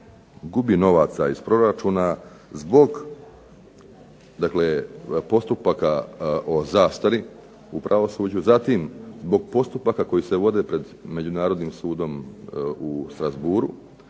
gubi novaca iz proračuna zbog dakle postupaka o zastari u pravosuđu, zatim zbog postupaka koji se vode pred Međunarodnim sudom u Strasbourgu,